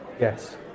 Yes